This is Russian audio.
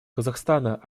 казахстана